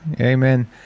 amen